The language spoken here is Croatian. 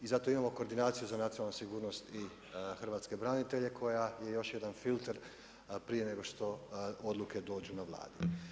I zato imamo koordinaciju za nacionalnu sigurnost i hrvatske branitelje koja je još jedan filter prije nego što odluke dođu na Vladu.